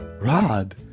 Rod